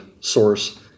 source